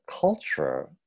culture